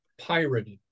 pirated